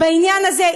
בעניין הזה,